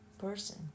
person